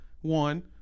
one